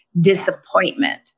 disappointment